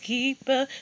Keeper